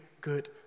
good